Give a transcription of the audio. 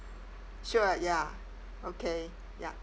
sure ya okay ya